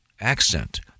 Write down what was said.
accent